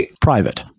private